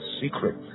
secret